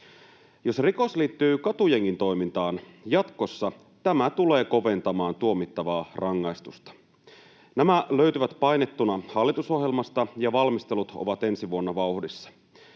Jos rikos liittyy katujengin toimintaan, jatkossa tämä tulee koventamaan tuomittavaa rangaistusta. Nämä löytyvät painettuna hallitusohjelmasta, ja valmistelut ovat ensi vuonna vauhdissa.